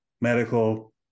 medical